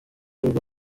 urwo